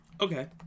Okay